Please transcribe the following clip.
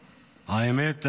האמת,